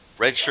redshirt